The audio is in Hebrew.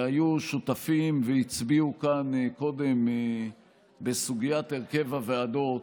שהיו שותפים והצביעו כאן קודם בסוגיית הרכב הוועדות,